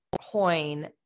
coin